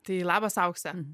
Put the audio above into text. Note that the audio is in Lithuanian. tai labas aukse